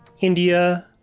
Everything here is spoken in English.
India